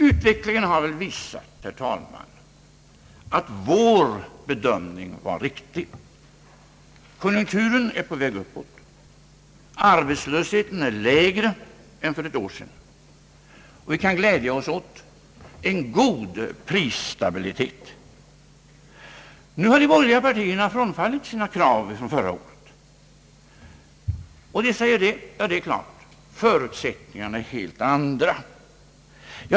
Utvecklingen har visat, herr talman, att vår bedömning var riktig. Konjunkturen är på väg uppåt, arbetslösheten är lägre än för ett år sedan, och vi kan glädja oss åt en god prisstabilitet. Nu har de borgerliga partierna gått ifrån sina krav från förra året och säger att förutsättningarna är helt andra.